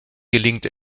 gelingt